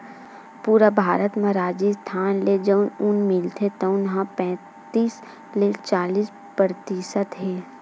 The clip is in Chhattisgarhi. पूरा भारत म राजिस्थान ले जउन ऊन मिलथे तउन ह पैतीस ले चालीस परतिसत हे